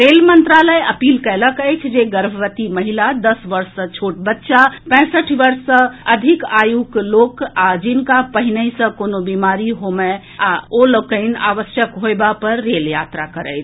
rail मंत्रालय अपील कएलक अछि जे गर्भवती महिला दस वर्ष सॅ छोट बच्चा पैंसठि वर्ष सॅ अधिक आयुक लोक आ जिनका पहिनहि सॅ कोनो बीमारी होमए ओ लोकनि आवश्यक होयबा पर रेल यात्रा करथि